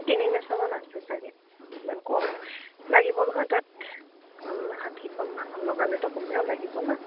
তিনি নছ মমান আছে চাগে ইমান কম লাগিব নহয় তাত কাৰণ ষাঠিখনমান লগালৈতো কমেও লাগিব ন